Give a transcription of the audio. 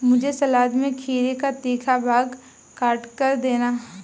मुझे सलाद में खीरे का तीखा भाग काटकर देना